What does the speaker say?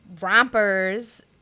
rompers